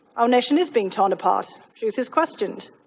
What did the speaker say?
our nation is being torn apart. truth is questioned.